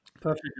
perfect